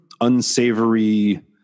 unsavory